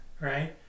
right